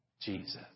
Jesus